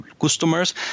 customers